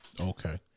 Okay